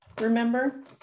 remember